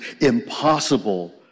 impossible